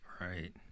Right